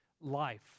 life